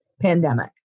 pandemic